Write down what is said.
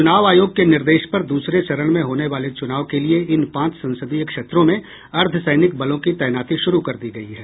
चुनाव आयोग के निर्देश पर दूसरे चरण में होने वाले चुनाव के लिए इन पांच संसदीय क्षेत्रों में अर्द्वसैनिक बलों की तैनाती शुरू कर दी गयी है